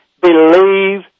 Believe